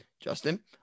Justin